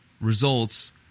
results